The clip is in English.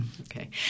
Okay